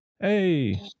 hey